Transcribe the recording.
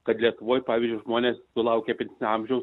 kad lietuvoje pavyzdžiui žmonės sulaukę pensinio amžiaus